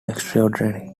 extraordinary